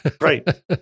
Right